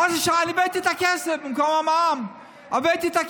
למה את המע"מ לא הורדת?